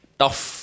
tough